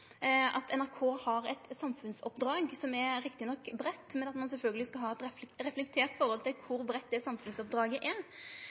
NRK har eit samfunnsoppdrag – som riktig nok er breitt, men ein skal sjølvsagt ha eit reflektert forhold til kor breitt det er.